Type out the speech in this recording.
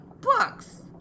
books